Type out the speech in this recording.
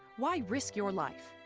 why risk your life?